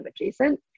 adjacent